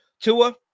Tua